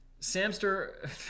Samster